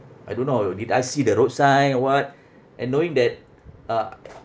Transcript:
I don't know orh did I see the road sign or what and knowing that uh